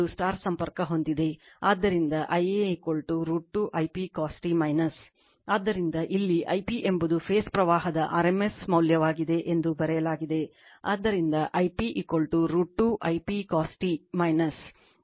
ಆದ್ದರಿಂದ Ia √ 2 I p cos t ಆದ್ದರಿಂದ ಇಲ್ಲಿ I p ಎಂಬುದು ಫೇಸ್ ಪ್ರವಾಹದ rms ಮೌಲ್ಯವಾಗಿದೆ ಎಂದು ಬರೆಯಲಾಗಿದೆ